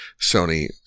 Sony